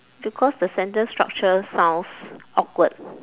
because the sentence structure sounds awkward